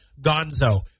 gonzo